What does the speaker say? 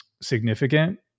significant